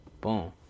boom